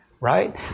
Right